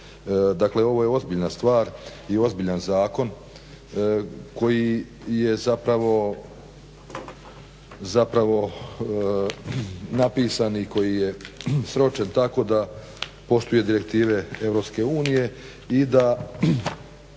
Dakle, ovo je ozbiljna stvar i ozbiljan zakon koji je zapravo napisan i koji je sročen tako da poštuje direktive EU i da